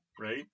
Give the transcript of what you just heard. right